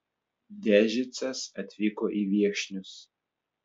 dežicas atvyko į viekšnius